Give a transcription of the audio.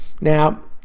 now